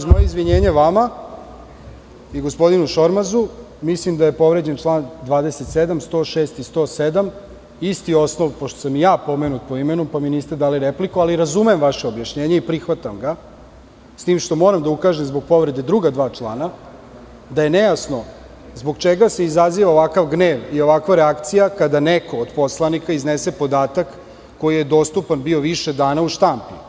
Uz moje izvinjenje vama i gospodinu Šormazu, mislim da je povređen član 27, član 106. i član 107, isti osnov, pošto sam i ja pomenut po imenu, pa mi niste dali repliku, ali razumem vaše objašnjenje i prihvatam ga, s tim što moram da ukažem zbog povrede druga dva člana da je nejasno zbog čega se izaziva ovakav gnev i ovakva reakcija kada neko od poslanika iznese podatak koji je dostupan bio više dana u štampi.